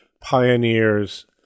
pioneers